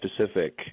specific